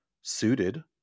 suited